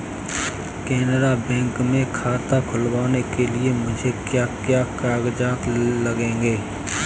Canara bank में खाता खुलवाने के लिए मुझे क्या क्या कागजात लगेंगे?